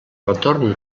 retorn